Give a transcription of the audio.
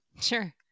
Sure